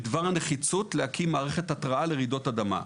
בדבר נחיצות להקים מערכת התרעה לרעידות אדמה.